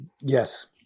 Yes